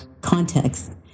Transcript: context